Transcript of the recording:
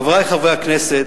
חברי חברי הכנסת,